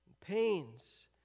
pains